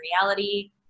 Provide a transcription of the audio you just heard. reality